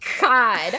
God